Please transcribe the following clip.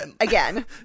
Again